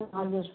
हजुर